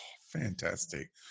fantastic